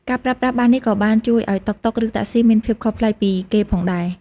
ការប្រើប្រាស់បាសនេះក៏បានជួយឱ្យតុកតុក ឬតាក់ស៊ីមានភាពខុសប្លែកពីគេផងដែរ។